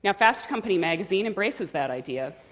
yeah fast company magazine embraces that idea.